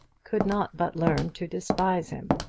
could not but learn to despise him.